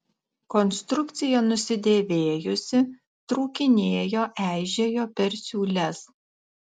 konstrukcija nusidėvėjusi trūkinėjo eižėjo per siūles